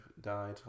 died